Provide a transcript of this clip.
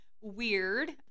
weird